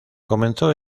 comenzó